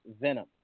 Venom